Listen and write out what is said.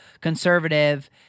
conservative